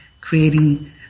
creating